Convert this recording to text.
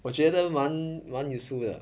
我觉得蛮蛮 useful 的